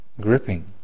gripping